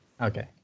Okay